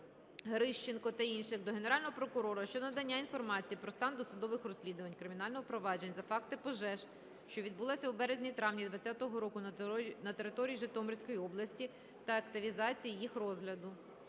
Грищенко та інших) до Генерального прокурора щодо надання інформації про стан досудових розслідувань кримінальних проваджень за фактами пожеж, що відбувалися у березні-травні 2020 року на території Житомирської області та активізації їх розгляду.